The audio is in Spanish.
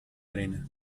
arena